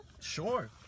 Sure